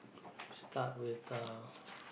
start with uh